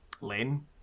Len